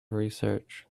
research